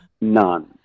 None